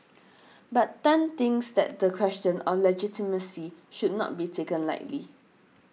but Tan thinks that the question of legitimacy should not be taken lightly